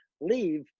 leave